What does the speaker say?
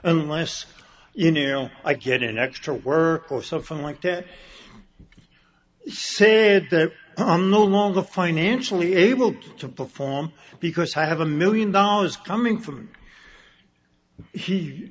unless you know i get an extra work or something like that say that i'm no longer financially able to perform because i have a million dollars coming from he